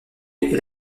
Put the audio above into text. est